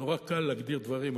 נורא קל להגדיר דברים,